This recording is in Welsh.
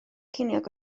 ceiniog